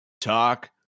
talk